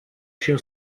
się